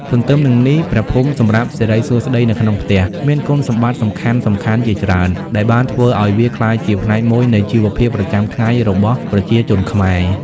ទន្ទឹមនឹងនេះព្រះភូមិសម្រាប់សិរីសួស្តីនៅក្នុងផ្ទះ មានគុណសម្បត្តិសំខាន់ៗជាច្រើន ដែលបានធ្វើឱ្យវាក្លាយជាផ្នែកមួយនៃជីវភាពប្រចាំថ្ងៃរបស់ប្រជាជនខ្មែរ។